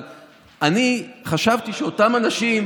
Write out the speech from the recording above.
אבל אני חשבתי שאותם אנשים,